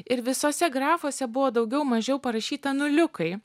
ir visose grafose buvo daugiau mažiau parašyta nuliukai